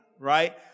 Right